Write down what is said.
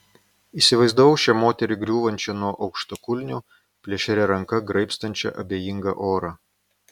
įsivaizdavau šią moterį griūvančią nuo aukštakulnių plėšria ranka graibstančią abejingą orą